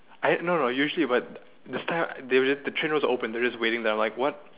I no no no usually but the staff that the train was open and just waiting there like what